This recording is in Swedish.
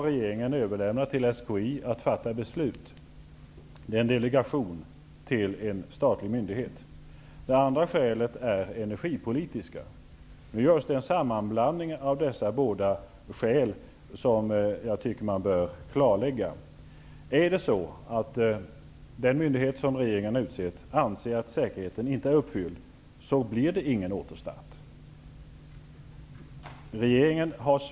Regeringen har överlämnat till SKI att fatta beslut. Det är en delegation till en statlig myndighet. Den andra grunden är energipolitisk. Nu görs en sammanblandning av dessa båda grunder. Jag tycker att man bör klarlägga det. Om den myndighet som regeringen har utsett anser att säkerheten inte är uppfylld blir det ingen återstart.